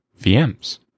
VMs